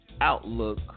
outlook